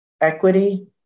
equity